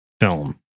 film